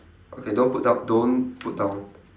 okay don't put down don't put down